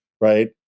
right